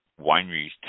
wineries